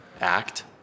act